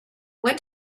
when